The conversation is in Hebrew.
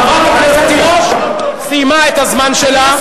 חברת הכנסת תירוש סיימה את הזמן שלה.